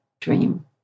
dream